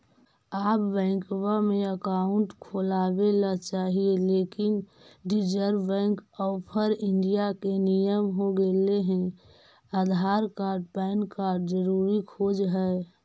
आब बैंकवा मे अकाउंट खोलावे ल चाहिए लेकिन रिजर्व बैंक ऑफ़र इंडिया के नियम हो गेले हे आधार कार्ड पैन कार्ड जरूरी खोज है?